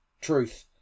truth